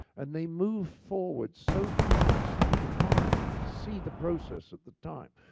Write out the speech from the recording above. and they move forward so fast that you can't see the process at the time.